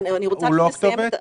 הוא לא הכתובת?